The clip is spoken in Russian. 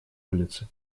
улицы